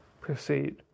proceed